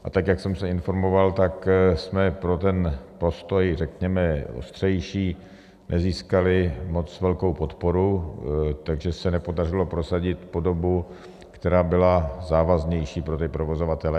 A tak, jak jsem se informoval, tak jsme pro ten postoj, řekněme ostřejší, nezískali moc velkou podporu, takže se nepodařilo prosadit podobu, která byla závaznější pro provozovatele.